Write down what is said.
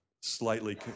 slightly